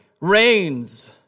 reigns